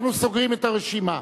אנחנו סוגרים את הרשימה.